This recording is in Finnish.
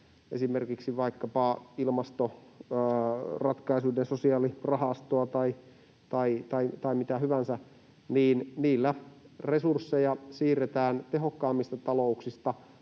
esimerkiksi vaikkapa ilmastoratkaisujen sosiaalirahastoa tai mitä hyvänsä — resursseja siirretään tehokkaammista talouksista